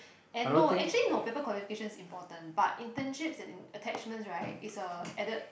and no actually no paper qualification is important but internships and attachment right is uh added